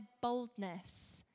boldness